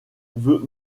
veut